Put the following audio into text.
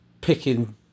picking